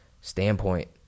standpoint